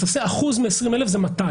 אחוז מ-20 אלף בקשות,